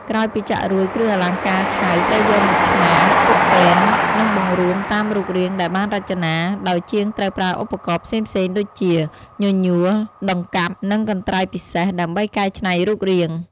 ក្រោយពីចាក់រួច គ្រឿងអលង្ការឆៅត្រូវយកមកឆ្មារ ពត់ពែន និងបង្រួមតាមរូបរាងដែលបានរចនា ដោយជាងត្រូវប្រើឧបករណ៍ផ្សេងៗដូចជា ញញួរ ដង្កាប់ និងកន្ត្រៃពិសេស ដើម្បីកែច្នៃរូបរាង។